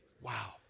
wow